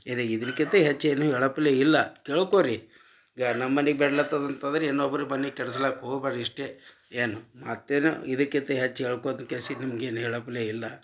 ಇದೇ ಇದಕ್ಕಿಂತ ಹೆಚ್ಚೇನೂ ಹೇಳಪ್ಪಲೆ ಇಲ್ಲ ತಿಳ್ಕೋ ರೀ ಗ ನಮ್ಮ ಮನಿಗೆ ಬೆರ್ಳತ್ತದು ಅಂತಂದ್ರೆ ಇನ್ನೊಬ್ರ ಮನಿಗೆ ಕೆಡ್ಸ್ಲಾಕ ಹೋಗ್ಬ್ಯಾಡ್ರಿ ಇಷ್ಟೇ ಏನೂ ಮತ್ತೇನೂ ಇದಕ್ಕಿಂತ ಹೆಚ್ಚು ಹೇಳ್ಕೊತ ಕೆಶಿ ನಿಮ್ಗೇನೂ ಹೇಳೊಪ್ಪಲೆ ಇಲ್ಲ